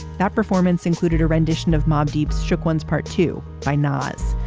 that performance included a rendition of mobb deep's shook ones part two by nas.